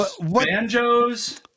banjos